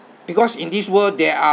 because in this world there are